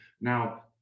Now